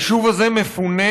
היישוב הזה מפונה,